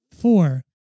Four